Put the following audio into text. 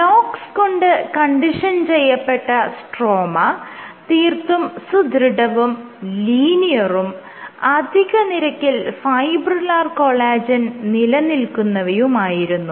LOX കൊണ്ട് condition ചെയ്യപ്പെട്ട stroma തീർത്തും സുദൃഢവും ലീനിയറും അധിക നിരക്കിൽ ഫൈബ്രില്ലാർ കൊളാജെൻ നിലനിൽക്കുന്നവയുമായിരുന്നു